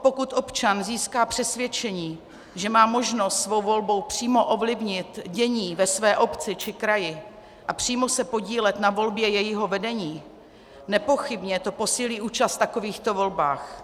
Pokud občan získá přesvědčení, že má možnost svou volbou přímo ovlivnit dění ve své obci či kraji a přímo se podílet na volbě jejího vedení, nepochybně to posílí účast v takovýchto volbách.